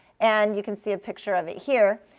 and you can see a picture of it here.